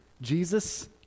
Jesus